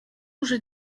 уже